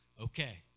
okay